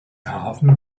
hafen